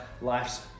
life's